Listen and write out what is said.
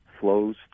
flows